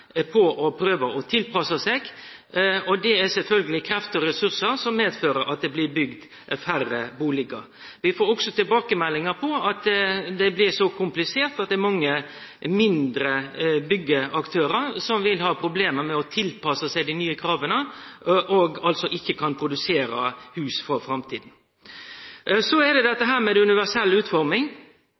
på å prøve å tilpasse seg, og det er sjølvsagt krefter og ressursar som medfører at det blir bygd færre bustader. Vi får òg tilbakemeldingar på at det blir så komplisert at det er mange mindre byggaktørar som vil ha problem med å tilpasse seg dei nye krava, og som ikkje kan produsere hus for framtida. Når det gjeld universell utforming, meiner statsråden at det